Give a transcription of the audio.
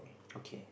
okay